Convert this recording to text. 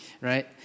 right